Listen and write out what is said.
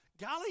Golly